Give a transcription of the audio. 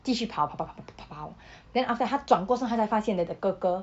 继续跑跑跑跑跑跑跑跑 then after that 他转过上他才发现 that the 哥哥